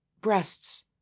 Breasts